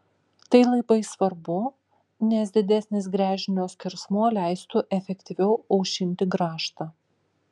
tai labai svarbu nes didesnis gręžinio skersmuo leistų efektyviau aušinti grąžtą